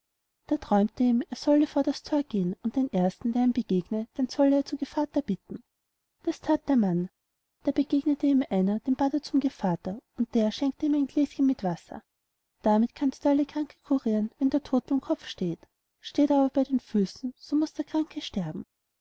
da träumte ihm er solle vor das thor gehen und den ersten der ihm begegne den solle er zu gevatter bitten das that der mann da begegnete ihm einer den bat er zum gevatter und der schenkte ihm ein gläschen mit wasser damit kannst du alle kranke curiren wenn der tod beim kopf steht steht er aber bei den füßen so muß der kranke sterben